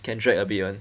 can drag a bit [one]